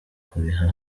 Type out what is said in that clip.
kuriha